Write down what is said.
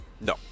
No